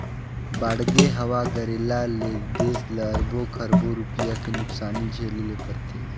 बाड़गे, हवा गरेरा ले देस ल अरबो खरबो रूपिया के नुकसानी झेले ले परथे